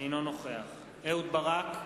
אינו נוכח אהוד ברק,